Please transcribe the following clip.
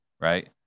right